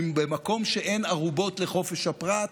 ובמקום שאין ערובות לחופש הפרט,